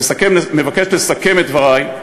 אבקש לסכם את דברי.